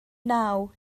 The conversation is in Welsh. naw